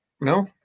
No